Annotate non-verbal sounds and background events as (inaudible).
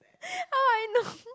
(laughs) how I know